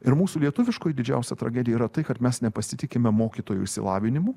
ir mūsų lietuviškoj didžiausia tragedija yra tai kad mes nepasitikime mokytojų išsilavinimu